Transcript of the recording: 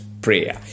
Prayer